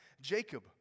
Jacob